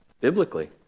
biblically